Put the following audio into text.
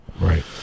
right